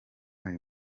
ayo